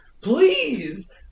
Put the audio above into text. Please